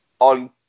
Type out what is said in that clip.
on